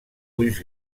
ulls